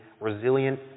resilient